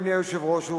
אדוני היושב-ראש,